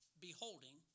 beholding